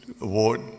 award